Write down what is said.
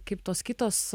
kaip tos kitos